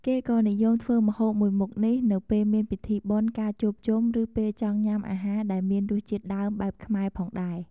គេក៏និយមធ្វើម្ហូបមួយមុខនេះនៅពេលមានពិធីបុណ្យ ការជួបជុំ ឬពេលចង់ញ៉ាំអាហារដែលមានរសជាតិដើមបែបខ្មែរផងដែរ។